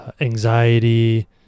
anxiety